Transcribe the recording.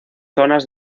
zonas